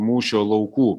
mūšio laukų